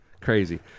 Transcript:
Crazy